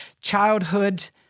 childhood